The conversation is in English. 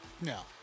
No